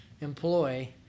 employ